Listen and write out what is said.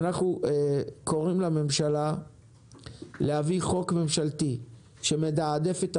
אנחנו קוראים לממשלה להביא חוק ממשלתי שמתעדף את